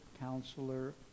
Counselor